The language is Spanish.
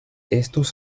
estos